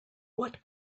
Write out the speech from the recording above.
what